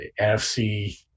NFC